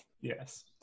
Yes